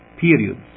periods